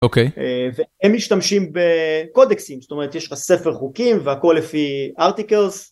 - אוקיי - אהה... והם משתמשים ב...קודקסים, זאת אומרת יש לך ספר חוקים והכל לפי articles.